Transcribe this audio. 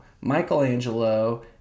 Michelangelo